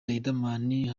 riderman